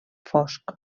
fosc